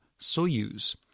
Soyuz